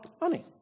money